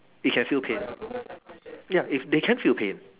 it can feel pain ya if they can feel pain